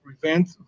prevent